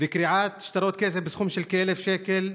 וקריעת שטרות כסף בסכום של כ-1,000 שקל,